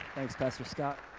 thanks pastor scott.